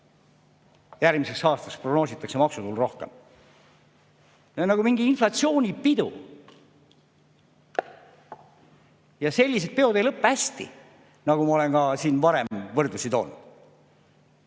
järgmiseks aastaks prognoositakse maksutulu rohkem. Nagu mingi inflatsioonipidu. Ja sellised peod ei lõpe hästi, nagu ma olen ka siin varem võrdlusi toonud.